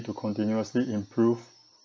to continuously improve